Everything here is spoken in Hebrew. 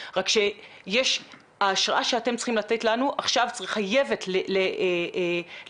כתכנית שהיא מטפלת בילדים בסיכון --- אם תוכל